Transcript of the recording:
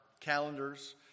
calendars